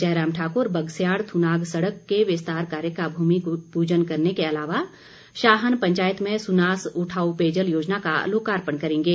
जयराम ठाकुर बगस्याड़ थुनाग सड़क के विस्तार कार्य का भूमिपूजन करने के अलावा शाहन पंचायत में सुनास उठाऊ पेयजल योजना का लोकार्पण करेंगे